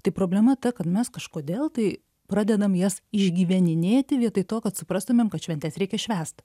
tai problema ta kad mes kažkodėl tai pradedam jas išgyveninėti vietoj to kad suprastumėm kad šventes reikia švęst